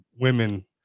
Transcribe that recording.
women